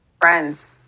Friends